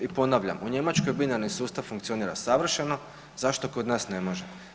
I ponavljam, u Njemačkoj binarni sustav funkcionira savršeno, zašto kod nas ne može?